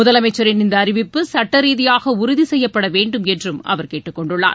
முதலமைச்சரின் அறிவிப்பு சுட்ட ரீதியாக உறுதி செய்யப்பட வேண்டும் என்றும் அவர் கேட்டுக் கொண்டுள்ளார்